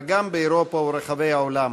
אלא גם באירופה וברחבי העולם.